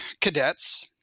cadets